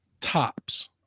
tops